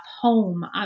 home